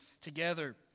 together